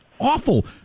awful